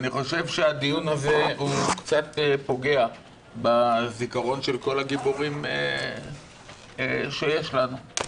אני חושב שהדיון הזה קצת פוגע בזיכרון של כל הגיבורים שיש לנו.